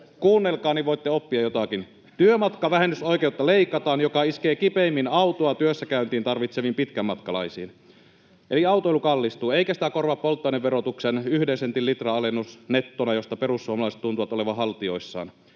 Kuunnelkaa, niin voitte oppia jotakin. — Työmatkavähennysoikeutta leikataan, mikä iskee kipeimmin autoa työssäkäyntiin tarvitseviin pitkämatkalaisiin. Eli autoilu kallistuu, eikä sitä korvaa polttoaineverotuksen yhden sentin litra-alennus nettona, josta perussuomalaiset tuntuvat olevan haltioissaan.